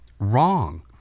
Wrong